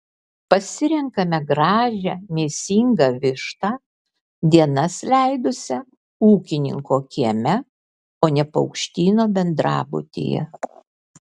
pasirenkame gražią mėsingą vištą dienas leidusią ūkininko kieme o ne paukštyno bendrabutyje